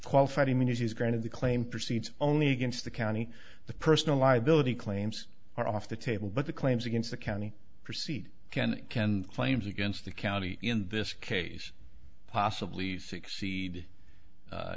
qualified immunity is granted the claim proceeds only against the county the personal liability claims are off the table but the claims against the county proceed ken ken claims against the county in this case possibly succeed